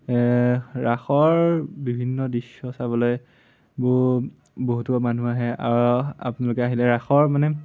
ৰাসৰ বিভিন্ন দৃশ্য চাবলৈ বহুতো মানুহ আহে আপোনালোকে আহিলে ৰাসৰ মানে